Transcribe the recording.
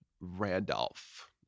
randolph